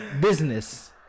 business